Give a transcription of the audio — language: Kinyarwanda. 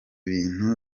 bintu